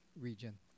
region